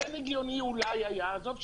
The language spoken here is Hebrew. כן הגיוני אולי היה עזוב,